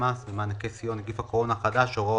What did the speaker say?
מס ומענקי סיוע (נגיף הקורונה החדש)(הוראת